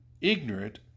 ignorant